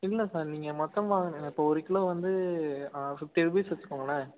இல்லை சார் நீங்கள் மொத்தமாக வாங்கினா இப்போ ஒரு கிலோ வந்து ஃபிஃப்ட்டி ருப்பீஸ் வச்சுக்கோங்களேன்